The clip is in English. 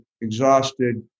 exhausted